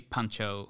Pancho